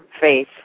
faith